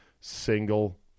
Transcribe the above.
Single